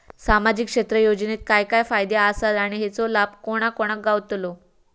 सामजिक क्षेत्र योजनेत काय काय फायदे आसत आणि हेचो लाभ कोणा कोणाक गावतलो?